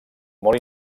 molt